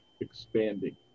expanding